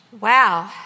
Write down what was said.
Wow